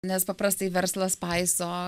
nes paprastai verslas paiso